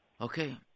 Okay